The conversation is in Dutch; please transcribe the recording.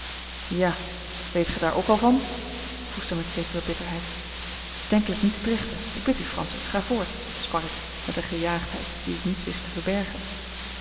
ja weet gij daar ook al van vroeg zij met zekere bitterheid denkelijk niet het rechte ik bid u francis ga voort sprak ik met eene gejaagdheid die ik niet wist te verbergen